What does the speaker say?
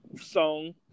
Song